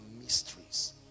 mysteries